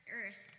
earth